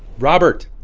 robert.